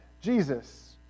Jesus